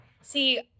see